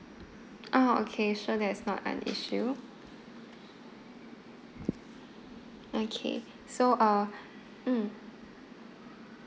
ah okay sure that is not an issue okay so uh mm